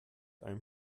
einem